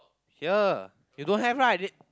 here you don't have right